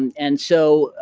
and so,